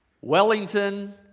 Wellington